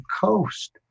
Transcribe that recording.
coast